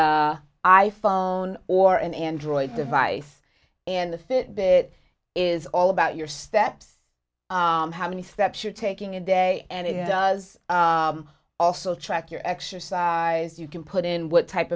i phone or an android device and the fit bit is all about your steps how many steps you're taking a day and it does also track your exercise you can put in what type